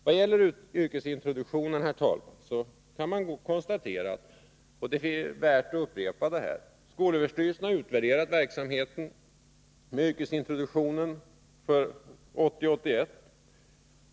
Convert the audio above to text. Vad gäller yrkesintroduktionen, herr talman, kan konstateras — och det är värt att här upprepa det — att skolöverstyrelsen har utvärderat verksamheten med yrkesintroduktion.